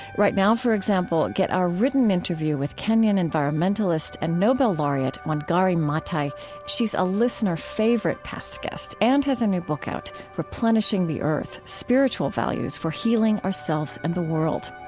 right now for example, get our written interview with kenyan environmentalist and nobel laureate wangari maathai she's a listener favorite past guest and has a new book out replenishing the earth spiritual values for healing ourselves and the world.